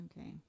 Okay